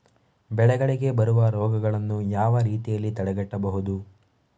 ಬೆಳೆಗಳಿಗೆ ಬರುವ ರೋಗಗಳನ್ನು ಯಾವ ರೀತಿಯಲ್ಲಿ ತಡೆಗಟ್ಟಬಹುದು?